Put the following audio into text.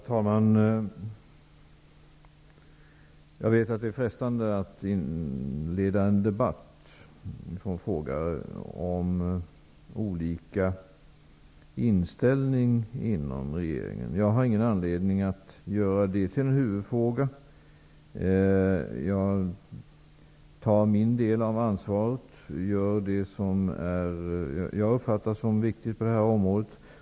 Herr talman! Jag vet att det är frestande att inleda en debatt om olika inställningar inom regeringen. Jag har ingen anledning att göra det till en huvudfråga. Jag tar min del av ansvaret och för det som jag uppfattar som viktigt på det här området.